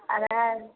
आओर